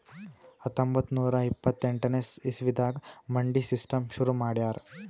ಹತ್ತೊಂಬತ್ತ್ ನೂರಾ ಇಪ್ಪತ್ತೆಂಟನೇ ಇಸವಿದಾಗ್ ಮಂಡಿ ಸಿಸ್ಟಮ್ ಶುರು ಮಾಡ್ಯಾರ್